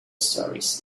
stories